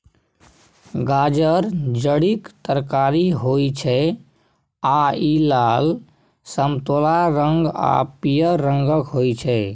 गाजर जड़िक तरकारी होइ छै आ इ लाल, समतोला रंग आ पीयर रंगक होइ छै